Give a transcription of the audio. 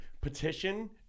petition